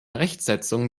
rechtsetzung